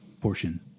portion